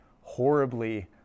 horribly